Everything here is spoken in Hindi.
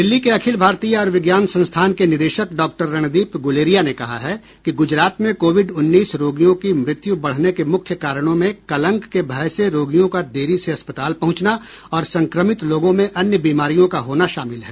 दिल्ली के अखिल भारतीय आयुर्विज्ञान संस्थान के निदेशक डाक्टर रणदीप गुलेरिया ने कहा है कि गुजरात में कोविड उन्नीस रोगियों की मृत्यु बढ़ने के मुख्य कारणों में कलंक के भय से रोगियों का देरी से अस्पताल पहुंचना और संक्रमित लोगों में अन्य बीमारियों का होना शामिल है